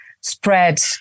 spread